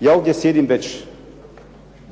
Ja ovdje sjedim već